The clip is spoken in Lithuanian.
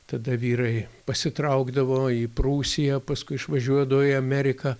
tada vyrai pasitraukdavo į prūsiją paskui išvažiuodavo į ameriką